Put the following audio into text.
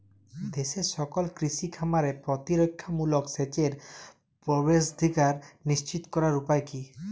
দেশের সকল কৃষি খামারে প্রতিরক্ষামূলক সেচের প্রবেশাধিকার নিশ্চিত করার উপায় কি?